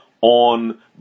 on